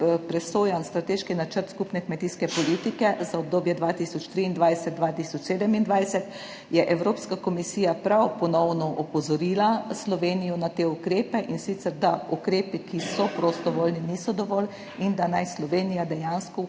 presojan Strateški načrt skupne kmetijske politike za obdobje 2023–2027, je Evropska komisija ponovno opozorila Slovenijo na te ukrepe, in sicer da ukrepi, ki so prostovoljni, niso dovolj in da naj Slovenija dejansko vključi